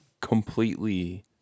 completely